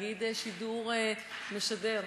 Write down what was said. תאגיד שידור משדר.